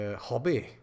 hobby